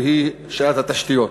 היא שאלת התשתיות.